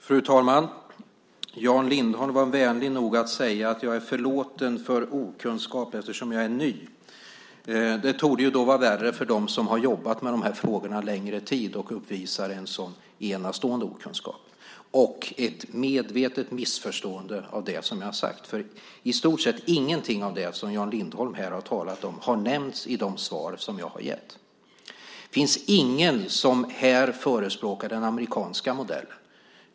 Fru talman! Jan Lindholm var vänlig nog att säga att jag är förlåten för min okunskap eftersom jag är ny. Då torde det vara värre för dem som jobbat med dessa frågor en längre tid och ändå uppvisar en sådan enastående okunskap och ett medvetet missförstående av det som jag sagt. I stort sett ingenting av det som Jan Lindholm talat om har nämnts i de svar som jag gett. Det finns ingen som här förespråkar den amerikanska modellen.